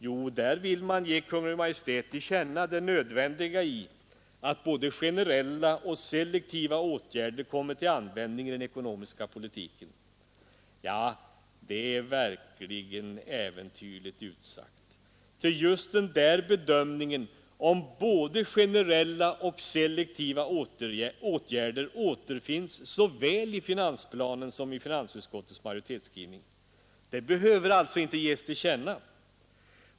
Jo, där vill man ge Kungl. Maj:t till känna det nödvändiga i att både generella och selektiva åtgärder kommer till användning i den ekonomiska politiken. Det är verkligen halsbrytande — ty just bedömningen av både generella och selektiva åtgärder återfinns såväl i finansplanen som i finansutskottets majoritetsskrivning. Det behöver alltså inte ges till känna.